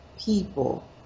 people